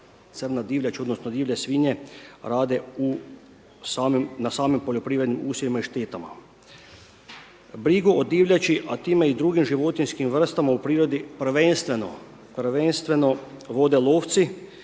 crna divljač, odnosno divlje svinje rade na samim poljoprivrednim usjevima i štetama. Brigu o divljači, a time i drugim životinjskim vrstama u prirodi prvenstveno, prvenstveno